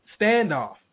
standoff